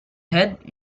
head